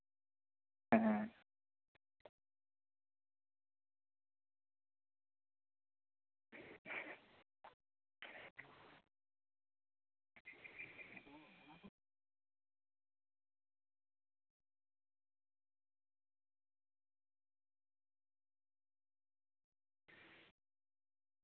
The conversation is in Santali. ᱦᱮᱸ